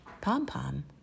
Pom-Pom